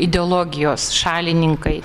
ideologijos šalininkai